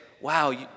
wow